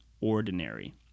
ordinary